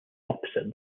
opposite